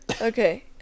Okay